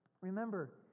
Remember